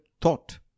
thought